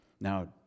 Now